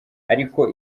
ariko